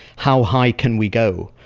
how high can we go?